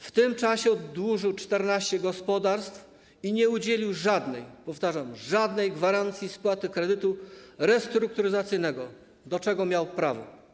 W tym czasie oddłużył 14 gospodarstw i nie udzielił żadnej, powtarzam żadnej, gwarancji spłaty kredytu restrukturyzacyjnego, do czego miał prawo.